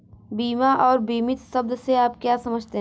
बीमा और बीमित शब्द से आप क्या समझते हैं?